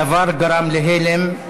הדבר גרם להלם,